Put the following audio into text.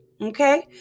Okay